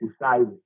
decided